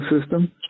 system